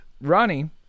ronnie